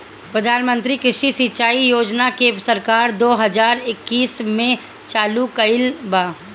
प्रधानमंत्री कृषि सिंचाई योजना के सरकार दो हज़ार इक्कीस में चालु कईले बा